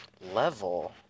level